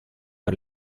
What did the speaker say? per